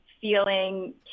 feeling